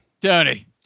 Tony